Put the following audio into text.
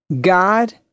God